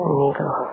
needle